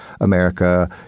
America